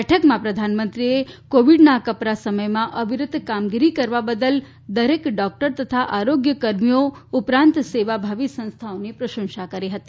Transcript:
બેઠકમાં પ્રધાનમંત્રીએ કોવિડના આ કપરા સમયમાં અવિરત કામગીરી કરવા બદલ દરેક ડોકટર તથા આરોગ્ય કર્મીઓ ઉપરાંત સેવાભાવી સંસ્થાઓની પ્રશંસા કરી હતી